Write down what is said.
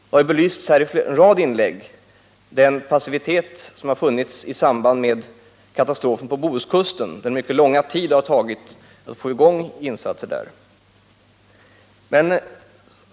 I en rad inlägg här i kammaren har man också pekat på den passivitet som rått när det gäller katastrofen på Bohuskusten och den mycket långa tid det har tagit innan man fått i gång insatser där.